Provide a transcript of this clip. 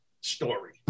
story